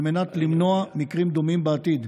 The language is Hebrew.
על מנת למנוע מקרים דומים בעתיד.